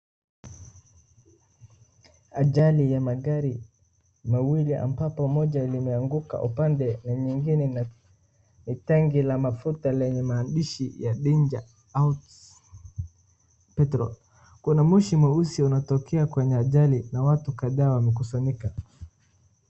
Ajali ya magari mawili ambapo moja limeanguka upande na nyingine ni tanki la mafuta lenye maandishi ya danger au petro kuna moshi mweusi unatokea na watu kadhaa wamekusanyika.